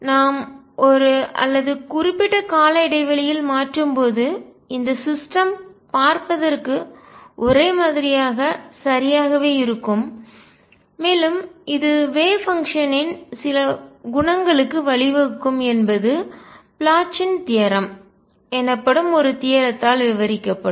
நாம் ஒரு அல்லது குறிப்பிட்ட கால இடைவெளியில் மாற்றும்போது இந்த சிஸ்டம் அமைப்புகள் பார்ப்பதற்கு ஒரே மாதிரியாக சரியாகவே இருக்கும் மேலும் இது வேவ் பங்ஷன்நின் அலை செயல்பாடு சில குணங்களுக்கு வழிவகுக்கும் என்பது ப்ளோச்சின் தியரம் தேற்றம் எனப்படும் ஒரு தியரத்தால் தேற்றம் விவரிக்கப்படும்